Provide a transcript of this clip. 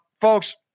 Folks